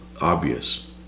obvious